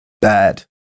bad